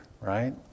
right